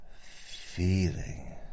feeling